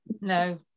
no